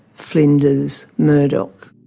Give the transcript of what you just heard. flinders, murdoch.